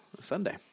Sunday